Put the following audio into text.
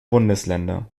bundesländer